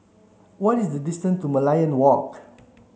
what is the distance to Merlion Walk